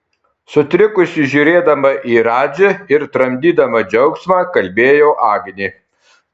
sutrikusi žiūrėdama į radži ir tramdydama džiaugsmą kalbėjo agnė